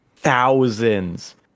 thousands